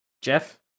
Jeff